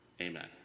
amen